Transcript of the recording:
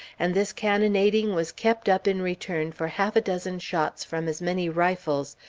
and this cannonading was kept up in return for half a dozen shots from as many rifles,